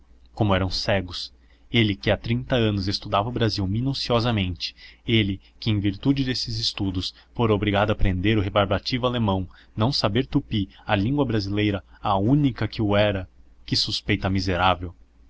como eram cegos ele que há trinta anos estudava o brasil minuciosamente ele que em virtude desses estudos fora obrigado a aprender o rebarbativo alemão não saber tupi a língua brasileira a única que o era que suspeita miserável